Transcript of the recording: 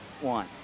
one